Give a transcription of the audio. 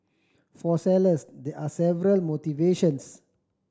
for sellers there are several motivations